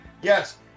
Yes